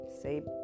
say